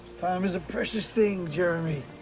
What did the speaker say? time is a precious thing, jeremy.